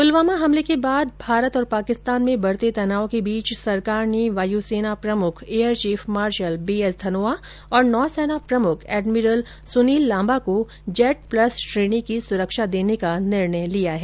पुलवामा हमले के बाद भारत और पाकिस्तान में बढते तनाव के बीच सरकार ने वायु सेना प्रमुख air chief marshal B S Dhanoa और नौसेना प्रमुख एडमिरल सुनील लांबा को जैड प्लस श्रेणी की सुरक्षा देने का निर्णय लिया है